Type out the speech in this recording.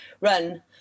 run